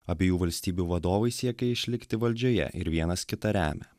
abiejų valstybių vadovai siekia išlikti valdžioje ir vienas kitą remia